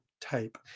type